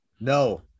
No